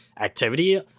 activity